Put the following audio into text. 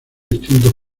distintos